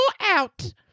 out